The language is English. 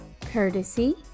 courtesy